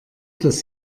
dass